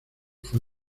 fue